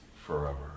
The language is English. forever